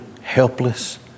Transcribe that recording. helpless